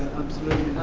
absolutely.